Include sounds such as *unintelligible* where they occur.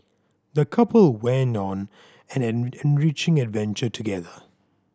the couple went on an *unintelligible* enriching adventure together